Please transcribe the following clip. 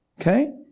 Okay